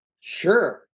Sure